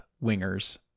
Winger's